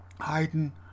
Haydn